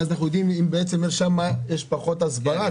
ואז אנחנו יודעים אם בעצם יש שם פחות הסברה.